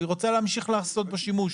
היא רוצה להמשיך לעשות בו שימוש.